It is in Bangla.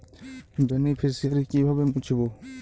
বেনিফিসিয়ারি কিভাবে মুছব?